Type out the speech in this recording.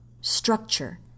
structure